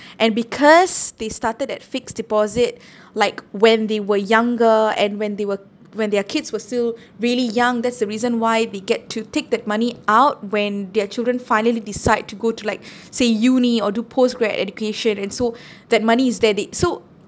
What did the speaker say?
and because they started a fixed deposit like when they were younger and when they were when their kids were still really young that's the reason why they get to take that money out when their children finally decide to go to like say uni or do post grad education and so that money is that it so